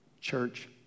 church